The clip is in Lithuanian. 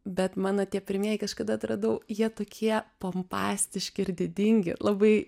bet mano tie pirmieji kažkada atradau jie tokie pompastiški ir didingi labai